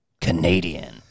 Canadian